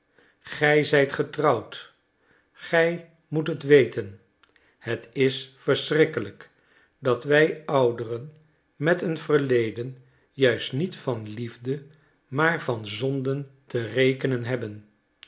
gij zijt getrouwd gij moet het weten het is verschrikkelijk dat wij ouderen met een verleden juist niet van liefde maar van zonden te rekenen hebben